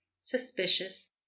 suspicious